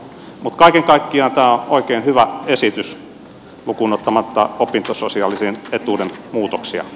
mutta kaiken kaikkiaan tämä on oikein hyvä esitys lukuun ottamatta opintososiaalisten etuuksien muutoksia